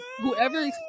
whoever